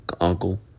uncle